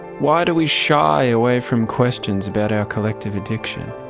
why do we shy away from questions about our collective addiction?